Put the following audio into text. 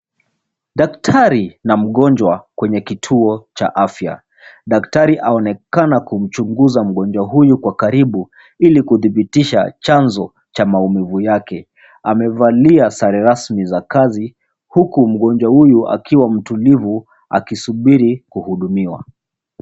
Daktari na mgonjwa kwenye kituo cha afya. Daktari aonekana kumchunguza mgonjwa huyu kwa karibu, ili kuthibitisha chanzo cha maumivu yake. Amevalia sare rasmi za kazi, huku mgonjwa huyu akiwa mtulivu akisubiri kuhudumiwa.